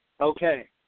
Okay